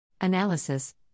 Analysis